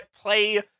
play